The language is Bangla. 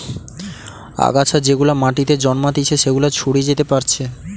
আগাছা যেগুলা মাটিতে জন্মাতিচে সেগুলা ছড়িয়ে যেতে পারছে